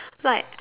like